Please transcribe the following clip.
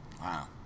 wow